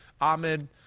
Ahmed